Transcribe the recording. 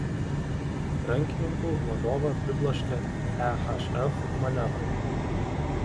rankininkų vadovą pribloškė ehf manevrai